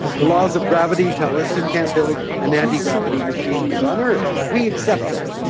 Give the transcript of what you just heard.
the laws of gravity tell us you can't build an antigravity machine here on earth, we accept that.